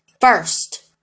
first